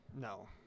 No